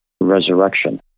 resurrection